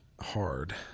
hard